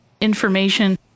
information